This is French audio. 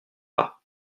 pas